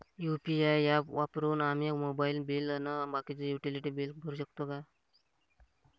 UPI app वापरून आम्ही mobile bill अन बाकीचे युटिलिटी बिल भरू शकतो